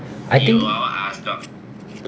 I think